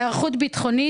היערכות ביטחונית,